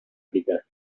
pica